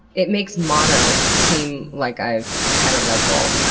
it makes mono seem like i've had a red bull. i